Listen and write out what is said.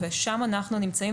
שם אנחנו נמצאים,